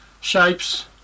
shapes